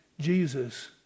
Jesus